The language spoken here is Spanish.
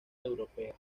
europeas